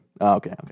okay